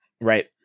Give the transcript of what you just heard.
right